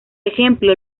ejemplo